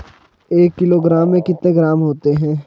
एक किलोग्राम में कितने ग्राम होते हैं?